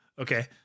Okay